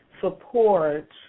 support